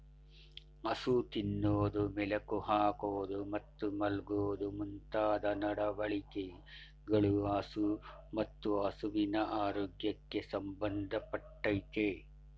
ಹಸು ತಿನ್ನೋದು ಮೆಲುಕು ಹಾಕೋದು ಮತ್ತು ಮಲ್ಗೋದು ಮುಂತಾದ ನಡವಳಿಕೆಗಳು ಹಸು ಮತ್ತು ಹಸುವಿನ ಆರೋಗ್ಯಕ್ಕೆ ಸಂಬಂಧ ಪಟ್ಟಯ್ತೆ